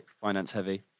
finance-heavy